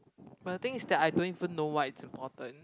but the thing is that I don't even know what is important